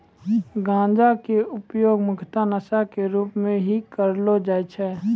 गांजा के उपयोग मुख्यतः नशा के रूप में हीं करलो जाय छै